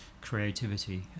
creativity